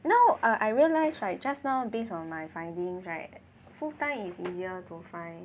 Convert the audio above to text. no err I realise right just now based on my findings right full time is easier to find